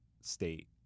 state